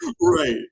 Right